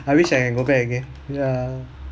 I wish I can go back again yeah